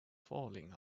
falling